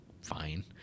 fine